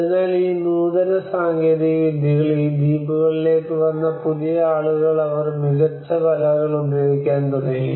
അതിനാൽ ഈ നൂതന സാങ്കേതിക വിദ്യകൾ ഈ ദ്വീപുകളിലേക്ക് വന്ന പുതിയ ആളുകൾ അവർ മികച്ച വലകൾ ഉപയോഗിക്കാൻ തുടങ്ങി